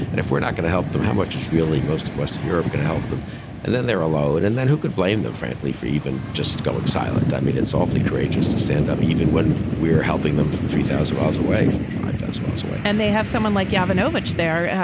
and if we're not going to help them, how much is really most of western europe going to help them and then they're alone? and then who could blame them, frankly, for even just going silent? i mean, it's awfully courageous to stand up even when we're helping them from three thousand miles away, four or five miles away and they have someone like yeah evanovich there,